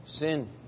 sin